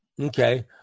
Okay